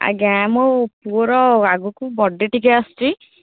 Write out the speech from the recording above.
ଆଜ୍ଞା ମୋ ପୁଅର ଆଗକୁ ବର୍ଥଡ଼େ' ଟିକିଏ ଆସୁଛି